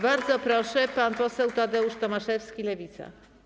Bardzo proszę, pan poseł Tadeusz Tomaszewski, Lewica.